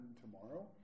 tomorrow